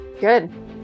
Good